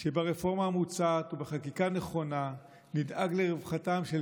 שברפורמה המוצעת ובחקיקה נכונה נדאג לרווחתם של